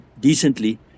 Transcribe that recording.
decently